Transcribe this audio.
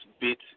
bit